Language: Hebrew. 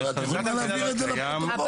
את יכולה להעביר את זה לפרוטוקול.